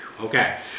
Okay